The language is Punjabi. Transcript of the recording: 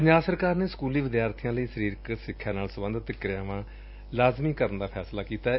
ਪੰਜਾਬ ਸਰਕਾਰ ਨੇ ਸਕੁਲੀ ਵਿਦਿਆਰਥੀਆਂ ਲਈ ਸਰੀਰਕ ਸਿੱਖਿਆ ਨਾਲ ਸਬੰਧਤ ਕਿਰਿਆਵਾਂ ਲਾਜ਼ਮੀ ਕਰਨ ਦਾ ਫੈਸਲਾ ਕੀਤੈ